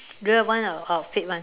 real one or or fake one